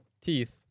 teeth